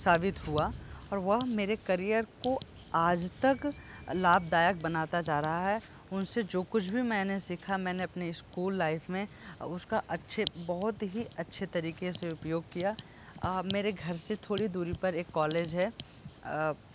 साबित हुआ और वह मेरे करियर को आज तक लाभदायक बनाता जा रहा है उनसे जो कुछ भी मैंने सीखा मैंने अपने स्कूल लाइफ़ में उसका अच्छे बहुत ही अच्छे तरीके से उपयोग किया मेरे घर से थोड़ी दूरी पर एक कॉलेज है